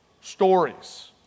stories